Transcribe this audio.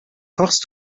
kochst